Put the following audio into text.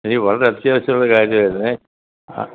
എനിക്ക് വളരെ അത്യാവശ്യമുള്ള കാര്യം ആയിരുന്നേ ആ